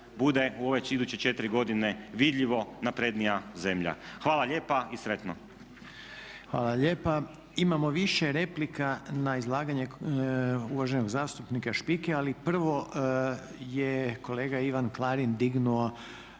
bude u ove iduće četiri godine vidljivo naprednija zemlja. Hvala lijepa i sretno. **Reiner, Željko (HDZ)** Hvala lijepa. Imamo više replika na izlaganje uvaženog zastupnika Špike. Ali prvo je kolega Ivan Klarin dignuo